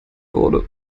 wurde